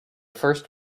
first